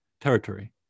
territory